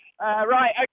Right